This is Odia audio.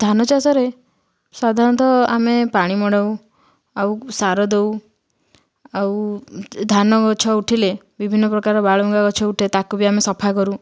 ଧାନ ଚାଷରେ ସାଧାରଣତ ଆମେ ପାଣି ମଡ଼ାଉ ଆଉ ସାର ଦଉ ଆଉ ଧାନ ଗଛ ଉଠିଲେ ବିଭିନ୍ନ ପ୍ରକାର ବାଳୁଙ୍ଗା ଗଛ ଉଠେ ତାକୁ ବି ଆମେ ସଫା କରୁ